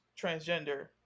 transgender